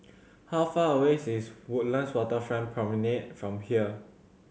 how far away is Woodlands Waterfront Promenade from here